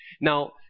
Now